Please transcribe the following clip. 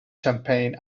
champagne